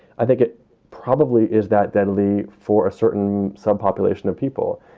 i think it probably is that deadly for a certain so population of people.